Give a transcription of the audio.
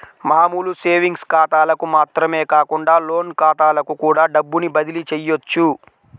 మామూలు సేవింగ్స్ ఖాతాలకు మాత్రమే కాకుండా లోన్ ఖాతాలకు కూడా డబ్బుని బదిలీ చెయ్యొచ్చు